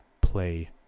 play